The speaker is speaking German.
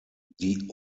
die